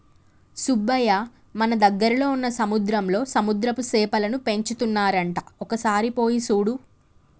సుబ్బయ్య మన దగ్గరలో వున్న సముద్రంలో సముద్రపు సేపలను పెంచుతున్నారంట ఒక సారి పోయి సూడు